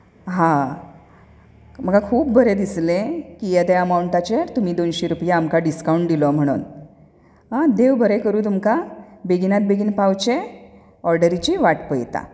हां म्हाका खूब बरें दिसलें की एद्या अमावण्टाचेर तुमी दोनशी रुपया आमकां डिस्कावंट दिलो म्हणून आं देव बरें करूं तुमकां बेगिनात बेगीन पावचें ऑर्डरीची वाट पळयता